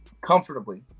comfortably